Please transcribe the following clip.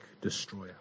destroyer